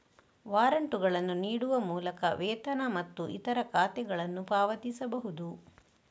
ವಾರಂಟುಗಳನ್ನು ನೀಡುವ ಮೂಲಕ ವೇತನ ಮತ್ತು ಇತರ ಖಾತೆಗಳನ್ನು ಪಾವತಿಸಬಹುದು